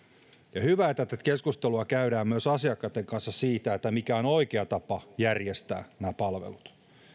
hyvä että tätä keskustelua käydään myös asiakkaitten kanssa siitä mikä on oikea tapa järjestää nämä palvelut